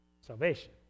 salvation